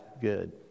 good